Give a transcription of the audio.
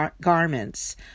garments